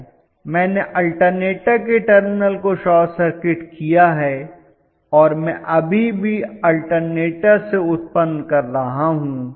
मैंने अल्टरनेटर के टर्मिनल को शॉर्ट सर्किट किया है और मैं अभी भी अल्टरनेटर से उत्पन्न कर रहा हूं